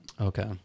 Okay